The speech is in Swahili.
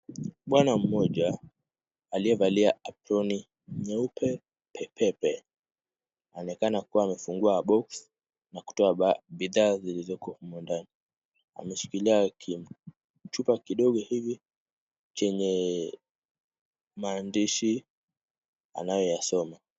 Bwana mmoja aliyevalia aproni nyeupe pepepe, anaonekana kuwa amefungua box na kutoa bidhaa zilizoko humo ndani. Ameshikilia kichupa kidogo hivi, chenye maandishi anayoyasoma.